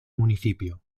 municipio